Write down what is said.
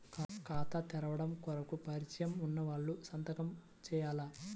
ఖాతా తెరవడం కొరకు పరిచయము వున్నవాళ్లు సంతకము చేయాలా?